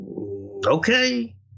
okay